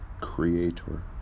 creator